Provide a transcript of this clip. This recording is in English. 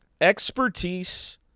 expertise